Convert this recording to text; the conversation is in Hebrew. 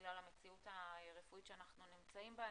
בגלל המציאות הרפואית שאנחנו נמצאים בה.